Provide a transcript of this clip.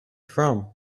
from